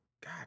God